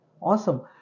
awesome